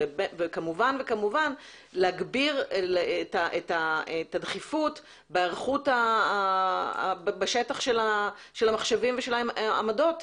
כמובן להגביר את הדחיפות בהיערכות בשטח של המחשבים ושל העמדות,